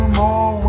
more